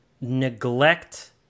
neglect